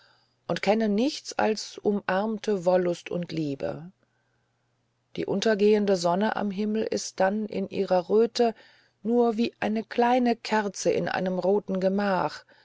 und kenne nichts als umarmende wollust und liebe die untergehende sonne am himmel ist dann in ihrer röte nur wie eine kleine kerze in einem roten gemach